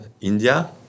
India